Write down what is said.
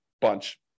bunch